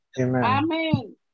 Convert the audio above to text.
Amen